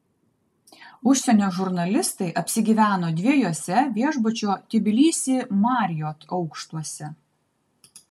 užsienio žurnalistai apsigyveno dviejuose viešbučio tbilisi marriott aukštuose